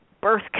birth